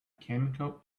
chemical